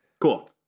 Cool